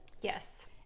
yes